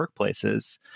workplaces